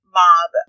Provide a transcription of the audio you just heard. mob